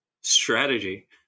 Strategy